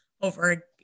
over